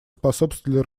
способствовали